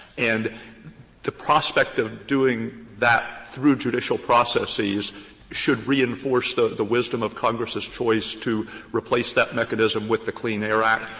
and the prospect of doing that through judicial processes should reinforce the the wisdom of congress's choice to replace that mechanism with the clean air act,